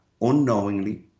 unknowingly